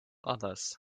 others